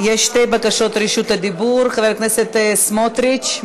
יש שתי בקשות רשות דיבור: חבר הכנסת סמוטריץ,